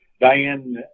Diane